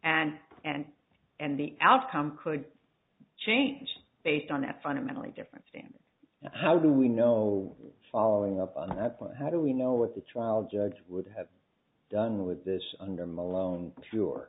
and and and the outcome could change based on that fundamentally different standard how do we know following up on that point how do we know what the trial judge would have done with this under m